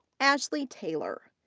ashley taylor.